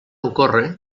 ocorre